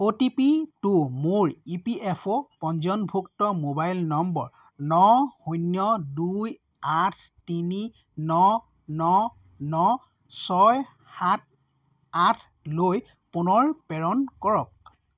OTP টো মোৰ E P F O পঞ্জীয়নভুক্ত মোবাইল নম্বৰ ন শূণ্য দুই আঠ তিনি ন ন ন ছয় সাত আঠলৈ পুনৰ প্ৰেৰণ কৰক